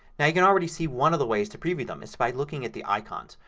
now you can already see one of the ways to preview them is by looking at the icons.